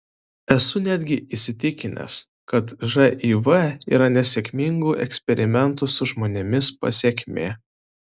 esu netgi įsitikinęs kad živ yra nesėkmingų eksperimentų su žmonėmis pasekmė